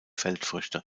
feldfrüchte